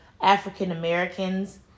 African-Americans